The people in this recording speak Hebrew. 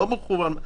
לא במכוון,